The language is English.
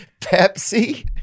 Pepsi